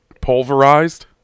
Pulverized